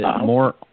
more